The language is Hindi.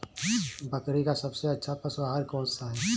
बकरी का सबसे अच्छा पशु आहार कौन सा है?